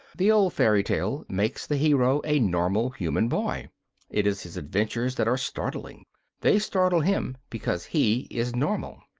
the old fairy tale makes the hero a normal human boy it is his adventures that are startling they startle him because he is normal.